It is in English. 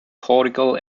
cortical